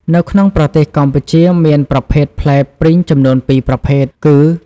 នៅក្នុងប្រទេសកម្ពុជាមានប្រភេទផ្លែព្រីងចំនួន ពីរប្រភេទ គឺ